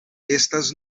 estas